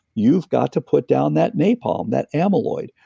you've got to put down that napalm, that amyloid,